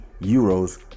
euros